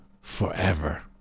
forever